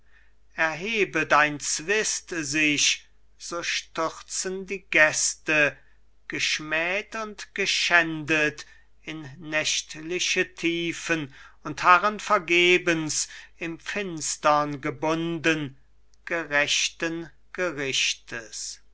erhebet ein zwist sich so stürzen die gäste geschmäht und geschändet in nächtliche tiefen und harren vergebens im finstern gebunden gerechten gerichtes